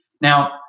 Now